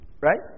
Right